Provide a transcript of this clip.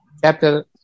Chapter